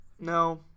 No